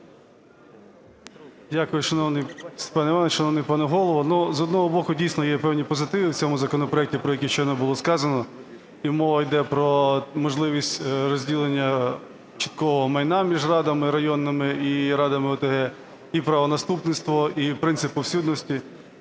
Дякую, шановний Степан Іванович, шановний пане Голово. З одного боку дійсно є певні позитиви в цьому законопроекті, про які щойно було сказано. І мова йде про можливість розділення чіткого майна між радами районними і радами ОТГ, і правонаступництво, і принцип повсюдності.